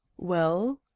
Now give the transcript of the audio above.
well?